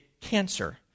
cancer